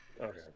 Okay